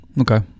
Okay